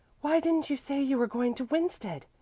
why didn't you say you were going to winsted?